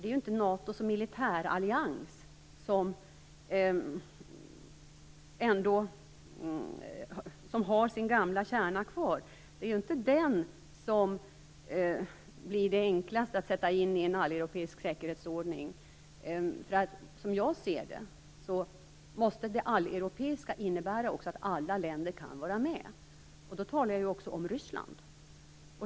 Det är ju inte NATO som militärallians, som har sin gamla kärna kvar, som blir enklast att sätta in i en alleuropeisk säkerhetsordning. Som jag ser det måste det alleuropeiska också innebära att alla länder kan vara med. Då talar jag också om Ryssland.